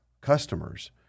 customers